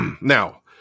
Now